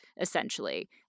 essentially